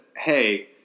Hey